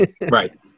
right